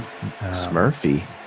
Smurfy